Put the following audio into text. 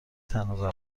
تنها